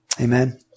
Amen